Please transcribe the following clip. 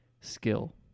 skill